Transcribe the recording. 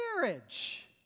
marriage